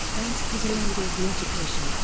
ernst was a member of the education,